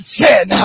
sin